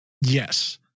Yes